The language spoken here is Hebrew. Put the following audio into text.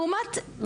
לעומת כל מהר.